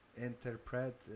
interpret